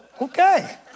Okay